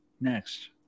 next